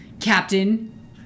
Captain